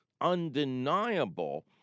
undeniable